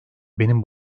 benim